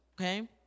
okay